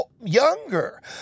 younger